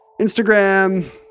Instagram